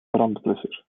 brandblusser